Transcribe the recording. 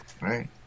Right